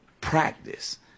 practice